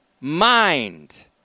mind